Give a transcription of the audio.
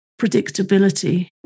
predictability